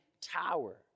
tower